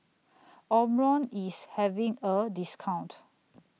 Omron IS having A discount